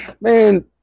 man